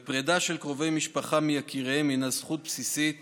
פרידה של קרובי משפחה מיקיריהם היא זכות בסיסית